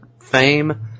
fame